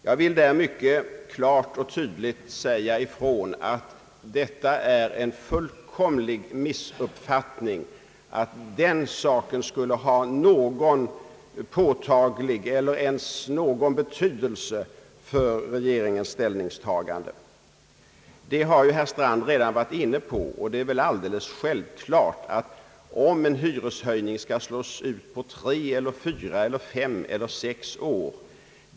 Jag vill klart och tydligt säga ifrån att det är en fullkomlig missuppfattning att den saken skulle ha någon påtaglig betydelse eller ens någon betydelse alls för regeringens ställningstagande. Det har herr Strand redan varit inne på, och det är väl alldeles självklart att det inte kan vara avgörande om en hyreshöjning skall slås ut på tre, fyra, fem eller sex år.